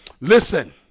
Listen